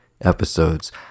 episodes